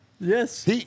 Yes